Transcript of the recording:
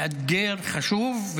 מאתגר וחשוב,